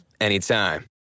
anytime